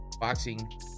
boxing